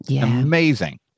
amazing